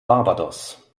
barbados